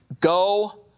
Go